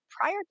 prior